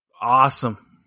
awesome